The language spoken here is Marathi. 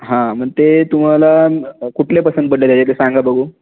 हां मग ते तुम्हाला कुठले पसंत पडले त्याच्यातले सांगा बघु